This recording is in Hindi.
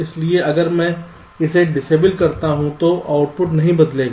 इसलिए अगर मैं इसे डिसएबल करता हूं तो आउटपुट नहीं बदलेगा